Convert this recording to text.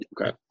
Okay